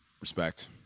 Respect